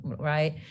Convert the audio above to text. right